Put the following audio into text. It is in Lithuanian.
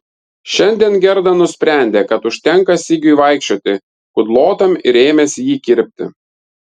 šiandien gerda nusprendė kad užtenka sigiui vaikščioti kudlotam ir ėmėsi jį kirpti